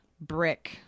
Brick